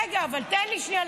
--- רגע, תן לי שנייה.